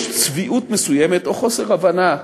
יש צביעות מסוימת, או חוסר הבנה,